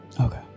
Okay